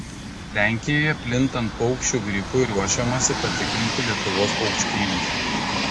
lenkijoje plintant paukščių gripui ruošiamasi patikrinti lietuvos paukštynus